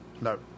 no